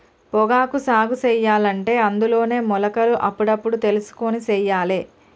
పొగాకు సాగు సెయ్యలంటే అందులోనే మొలకలు అప్పుడప్పుడు తెలుసుకొని సెయ్యాలే